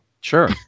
Sure